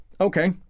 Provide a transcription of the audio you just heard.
Okay